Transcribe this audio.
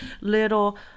little